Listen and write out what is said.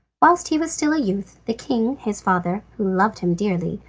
whilst he was still a youth the king, his father, who loved him dearly,